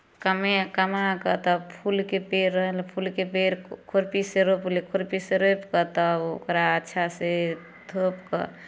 कमे कमा कऽ तब फूलके पेड़ रहल फूलके पेड़ खुरपीसँ रोपली खुरपीसँ रोपि कऽ तब ओकरा अच्छा सँ थोपि कऽ